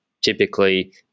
typically